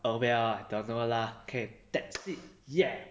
oh ya don't know lah K that's it !yay!